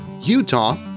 Utah